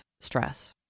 stress